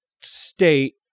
state